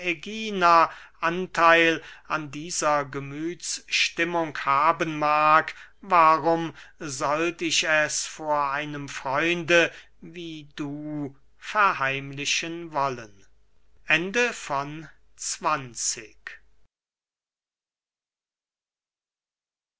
ägina antheil an dieser gemüthsstimmung haben mag warum sollt ich es vor einem freunde wie du verheimlichen wollen